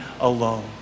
alone